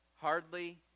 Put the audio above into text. hardly